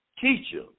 teacher